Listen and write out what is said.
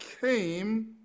came